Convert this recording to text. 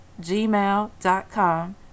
gmail.com